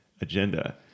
agenda